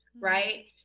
right